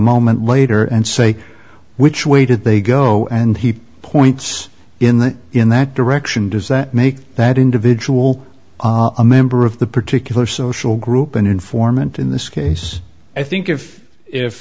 moment later and say which way did they go and he points in that in that direction does that make that individual a member of the particular social group an informant in this case i think if if